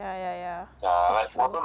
yeah yeah yeah that's true